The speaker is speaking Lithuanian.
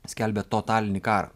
skelbia totalinį karą